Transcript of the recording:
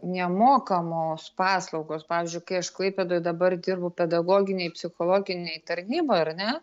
nemokamos paslaugos pavyzdžiui kai aš klaipėdoj dabar dirbu pedagoginėj psichologinėj tarnyboj ar ne